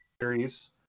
series